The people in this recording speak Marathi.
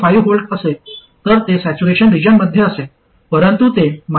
5V असेल तर ते सॅच्युरेशन रिजनमध्ये असेल परंतु ते 1